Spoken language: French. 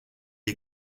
est